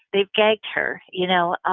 they've gagged her, you know?